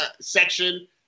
section